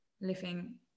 living